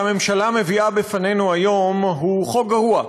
החוק הזה שהממשלה מביאה בפנינו היום הוא חוק גרוע.